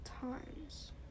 times